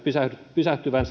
pysähtyvän